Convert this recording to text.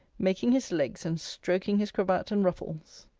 making his legs, and stroking his cravat and ruffles.